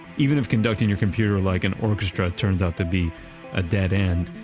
even if conducting your computer like an orchestra turns out to be a dead end,